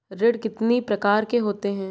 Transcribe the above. ऋण कितनी प्रकार के होते हैं?